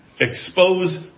Expose